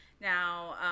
Now